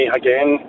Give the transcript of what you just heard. again